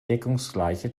deckungsgleiche